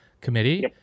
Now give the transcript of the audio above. committee